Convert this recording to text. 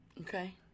Okay